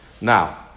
Now